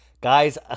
guys